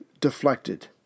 deflected